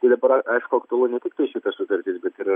tai dabar a aišku aktualu ne tiktai ši sutartis bet yra